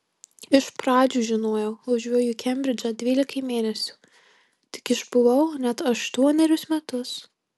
iš pradžių žinojau važiuoju į kembridžą dvylikai mėnesių tik išbuvau net aštuonerius metus